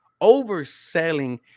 Overselling